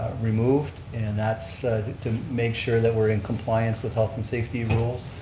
removed. and that's to make sure that we're in compliance with health and safety rules.